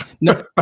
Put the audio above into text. No